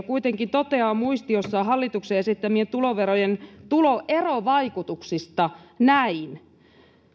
kuitenkin toteaa muistiossaan hallituksen esittämien tuloverojen tuloerovaikutuksista näin